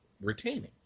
retaining